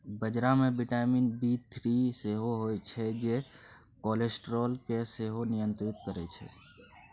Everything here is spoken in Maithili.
बजरा मे बिटामिन बी थ्री सेहो होइ छै जे कोलेस्ट्रॉल केँ सेहो नियंत्रित करय छै